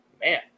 Man